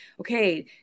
okay